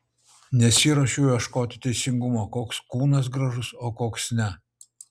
nesiruošiau ieškoti teisingumo koks kūnas gražus o koks ne